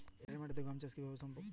এঁটেল মাটিতে কি গম চাষ সম্ভব?